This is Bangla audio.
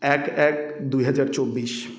এক এক দুই হাজার চব্বিশ